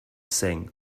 saying